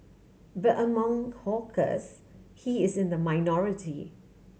but among hawkers he is in the minority